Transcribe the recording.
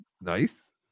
nice